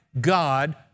God